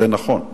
זה נכון,